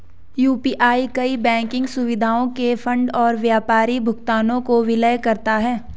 UPI कई banking सुविधाओं के फंड और व्यापारी भुगतानों को विलय करता है